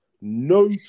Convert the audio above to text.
no